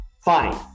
fine